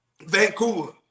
Vancouver